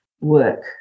work